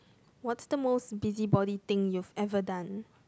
what's the most busybody thing you've ever done